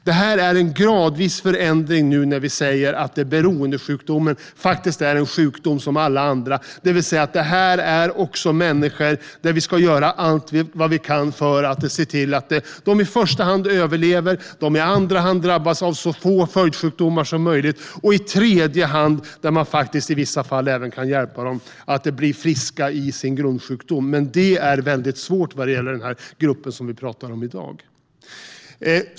Det är en gradvis förändring när vi nu säger att beroendesjukdomen faktiskt är en sjukdom som alla andra, det vill säga att det här också är människor för vilka vi ska göra allt vad vi kan för att se till att de i första hand överlever. I andra hand ska vi se till att de drabbas av så få följdsjukdomar som möjligt, och i tredje hand och i vissa fall kan vi även hjälpa dem att bli friska från sin grundsjukdom. Detta är dock väldigt svårt när det gäller den grupp som vi talar om i dag.